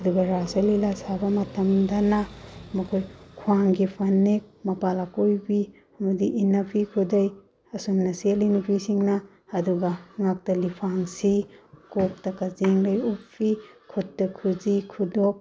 ꯑꯗꯨꯒ ꯔꯥꯁ ꯂꯤꯂꯥ ꯁꯥꯕ ꯃꯇꯝꯗꯅ ꯃꯈꯣꯏ ꯈ꯭ꯋꯥꯡꯒꯤ ꯐꯅꯦꯛ ꯃꯄꯥꯟ ꯑꯀꯣꯏꯕꯤ ꯑꯃꯗꯤ ꯏꯟꯅꯐꯤ ꯈꯨꯗꯩ ꯑꯁꯨꯝꯅ ꯁꯦꯠꯂꯤ ꯅꯨꯄꯤꯁꯤꯡꯅ ꯑꯗꯨꯒ ꯉꯛꯇ ꯂꯤꯛꯐꯥꯡ ꯁꯤ ꯀꯣꯛꯇ ꯀꯖꯦꯡꯂꯩ ꯎꯞꯄꯤ ꯈꯨꯠꯇ ꯈꯨꯠꯖꯤ ꯈꯨꯗꯣꯞ